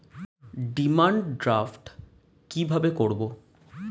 Demand draft কীভাবে করব?